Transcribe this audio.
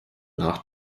nach